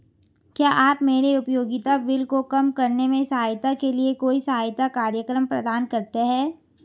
क्या आप मेरे उपयोगिता बिल को कम करने में सहायता के लिए कोई सहायता कार्यक्रम प्रदान करते हैं?